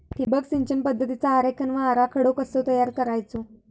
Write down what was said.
ठिबक सिंचन पद्धतीचा आरेखन व आराखडो कसो तयार करायचो?